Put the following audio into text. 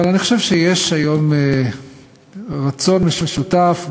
אבל אני חושב שיש היום רצון משותף,